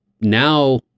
Now